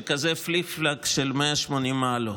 של כזה פליק-פלאק של 180 מעלות.